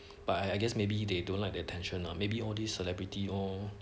but I I guess maybe they don't like the attention lah maybe all these celebrity all